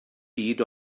byd